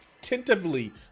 tentatively